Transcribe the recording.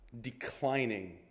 declining